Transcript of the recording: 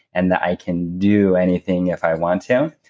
and that i can do anything if i want to.